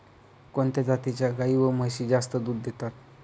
कोणत्या जातीच्या गाई व म्हशी जास्त दूध देतात?